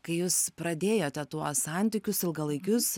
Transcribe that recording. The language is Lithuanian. kai jūs pradėjote tuos santykius ilgalaikius